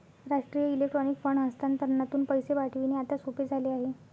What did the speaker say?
राष्ट्रीय electronic fund हस्तांतरणातून पैसे पाठविणे आता सोपे झाले आहे